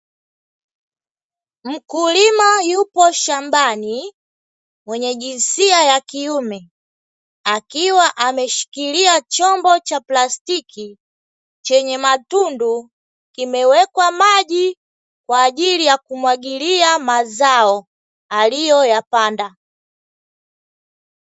Mkulima yupo shambani mwenye jinsia ya kiume, akiwa ameshikilia chombo cha plastiki chenye matundu kimewekwa maji kwa ajili ya kumwagilia mazao aliyoyapanda.